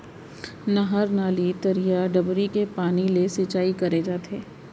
नहर, नाली, तरिया, डबरी के पानी ले सिंचाई करे जाथे